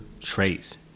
traits